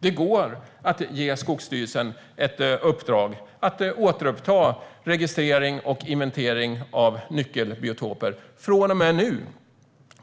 Det går att ge Skogsstyrelsen i uppdrag att från och med nu återuppta registrering och inventering av nyckelbiotoper